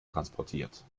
transportiert